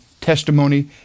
testimony